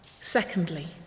Secondly